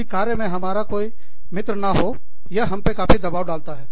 यदि कार्य में हमारा कोई मित्र ना हो यह हम पर काफी दबाव डालता है